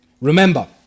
Remember